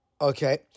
okay